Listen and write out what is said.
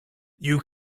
you